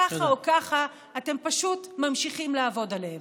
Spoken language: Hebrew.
ככה או ככה, אתם פשוט ממשיכים לעבוד עליהם.